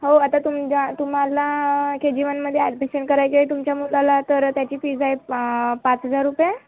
हो आता तुमच्या तुम्हाला के जी वनमध्ये ॲडमिशन करायची आहे तुमच्या मुलाला तर त्याची फीज आहे पाच हजार रुपये